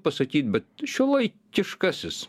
pasakyt bet šiuolaikiškasis